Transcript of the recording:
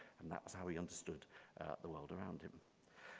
and that's how he understood the world around him.